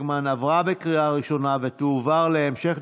40) (אחים שכולים),